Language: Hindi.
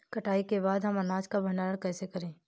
कटाई के बाद हम अनाज का भंडारण कैसे करें?